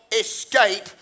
escape